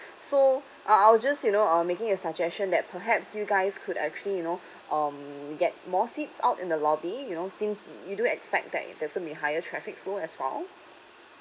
so I'll I'll just you know uh making a suggestion that perhaps you guys could actually you know um get more seats out in the lobby you know since you do expect that it's gonna be higher traffic flow as well